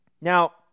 Now